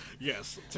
Yes